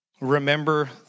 remember